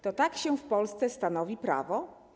To tak się w Polsce stanowi prawo?